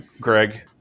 Greg